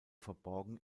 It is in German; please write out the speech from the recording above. verborgen